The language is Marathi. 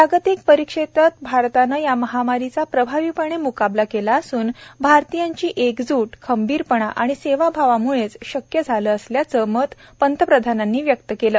जागतिक परिप्रेक्ष्यात भारतानं या महामारीचा प्रभावीपणे मुकाबला केला असून भारतीयांची एकजूट खंबीरपणा आणि सेवाभावामुळेच शक्य झालं असल्याचं मत पंतप्रधानानी व्यक्त केलं